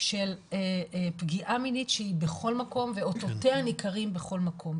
של פגיעה מינית שהיא בכל מקום ואותותיה ניכרים בכל מקום,